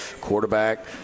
quarterback